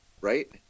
right